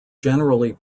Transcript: generally